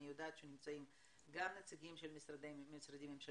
אני יודעת שנמצאים גם נציגים של משרדים ממשלתיים,